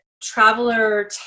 traveler